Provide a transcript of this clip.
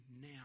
now